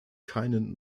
keinen